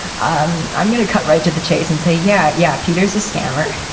um i'm going to cut right to the chase and say, yeah, yeah, peter's a scammer.